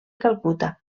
calcuta